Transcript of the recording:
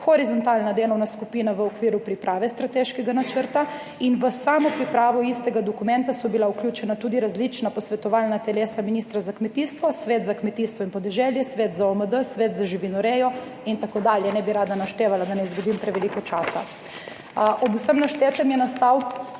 horizontalna delovna skupina v okviru priprave strateškega načrta. V samo pripravo istega dokumenta so bila vključena tudi različna posvetovalna telesa ministra za kmetijstvo, Svet za kmetijstvo in podeželje, Svet za OMD, Svet za živinorejo in tako dalje, ne bi rada naštevala, da ne izgubim preveliko časa. Ob vsem naštetem je nastal